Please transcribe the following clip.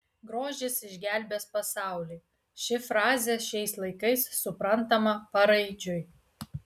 grožis išgelbės pasaulį ši frazė šiais laikais suprantama paraidžiui